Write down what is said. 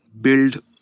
build